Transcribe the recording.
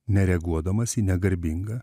nereaguodamas į negarbingą